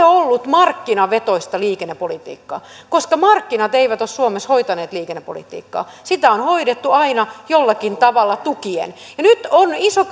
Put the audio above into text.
ollut markkinavetoista liikennepolitiikkaa koska markkinat eivät ole suomessa hoitaneet liikennepolitiikkaa sitä on hoidettu aina jollakin tavalla tukien nyt on iso